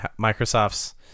Microsoft's